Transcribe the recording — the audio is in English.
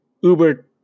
uber